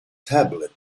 tablet